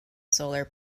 solar